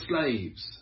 slaves